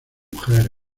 mujeres